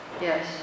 yes